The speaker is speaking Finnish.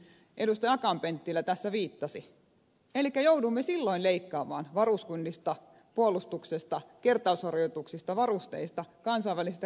akaan penttilä tässä viittasi elikkä joudumme silloin leikkaamaan varuskunnista puolustuksesta kertausharjoituksista varusteista kansainvälisestä kriisinhallinnasta